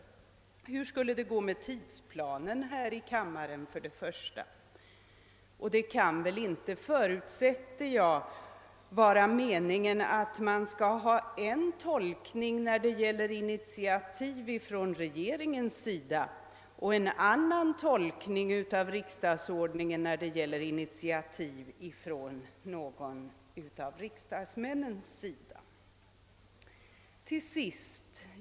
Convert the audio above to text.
Hur skulle det då gå med tidsplanen här i riksdagen? Ty det kan väl inte, förutsätter jag, vara meningen att riksdagsordningen skall tolkas på ett sätt i fråga om initiativ från regeringen och på ett annat sätt i fråga om initiativ från någon av riksdagsledamöterna.